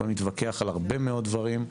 יכולים להתווכח על הרבה מאוד דברים.